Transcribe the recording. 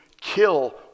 kill